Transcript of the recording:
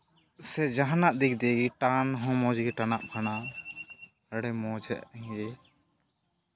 ᱥᱮ ᱡᱟᱦᱟᱱᱟᱜ ᱫᱤᱜᱽ ᱫᱤᱭᱮ ᱜᱮ ᱴᱟᱱ ᱢᱚᱡᱽ ᱜᱮ ᱴᱟᱱᱟᱜ ᱠᱟᱱᱟ ᱟᱹᱰᱤ ᱢᱚᱡᱽ ᱜᱮ